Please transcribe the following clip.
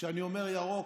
וכשאני אומר ירוק,